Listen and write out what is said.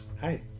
Hi